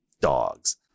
dogs